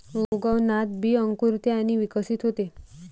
उगवणात बी अंकुरते आणि विकसित होते